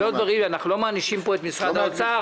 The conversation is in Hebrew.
אנחנו לא מענישים פה את משרד האוצר,